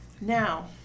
now